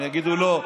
הם יגידו לא.